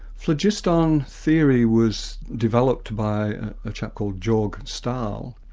phlogiston theory was developed by a chap called georg stahl.